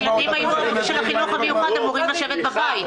הילדים של החינוך המיוחד היו אמורים לשבת בבית.